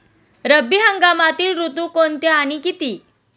रब्बी हंगामातील ऋतू कोणते आणि किती?